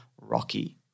Rocky